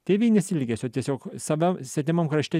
tėvynės ilgesiu tiesiog visada svetimam krašte